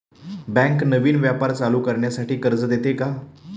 Bank नवीन व्यापार चालू करण्यासाठी कर्ज देते का?